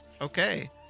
okay